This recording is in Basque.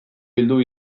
bildu